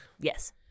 Yes